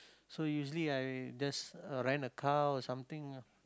so usually I just rent a car or something